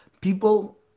people